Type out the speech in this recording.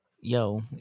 yo